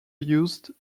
used